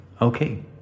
okay